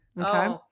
okay